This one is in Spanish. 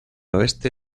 oeste